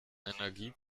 energie